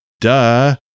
Duh